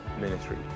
ministry